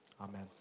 Amen